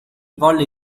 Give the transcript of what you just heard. volle